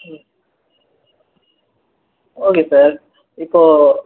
ம் okay sir இப்போது